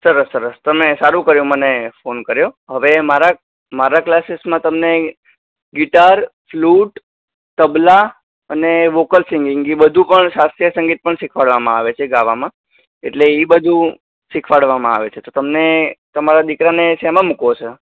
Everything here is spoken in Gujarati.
સરસ સરસ તમે સારું કર્યું મને ફોન કર્યો હવે મારા મારા ક્લાસીસમાં તમને ગિટાર ફ્લુટ તબલા અને વોકલ સિંગિંગ એ બધું પણ શાસ્ત્રીય સંગીત પણ શીખવાડવામાં આવે છે ગાવામાં એટલે એ બધું શીખવાડવામાં આવે છે તો તમને તમારા દીકરાને શેમાં મૂકવો છે